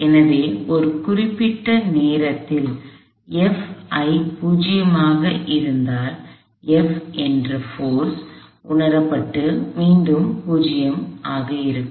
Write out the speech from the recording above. எனவே ஒரு குறிப்பிட்ட நேரத்தில் F ஐ 0 ஆக இருந்தால் F என்ற போர்ஸ் விசை உணரப்பட்டு மீண்டும் 0 ஆக இருக்கும்